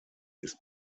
ist